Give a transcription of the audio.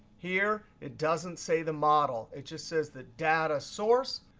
here it doesn't say the model. it just says the data source.